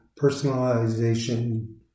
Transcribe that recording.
personalization